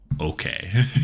okay